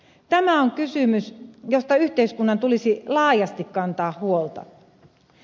tämä on kysymys josta yhteiskunnan tulisi laajasti kantaa huolta